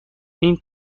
این